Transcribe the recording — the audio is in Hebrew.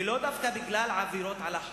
ולא דווקא בגלל עבירות על החוק,